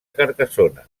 carcassona